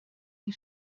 die